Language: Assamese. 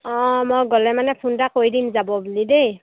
অঁ মই গ'লে মানে ফোন এটা কৰি দিম যাব বুলি দেই